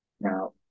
Now